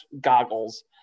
goggles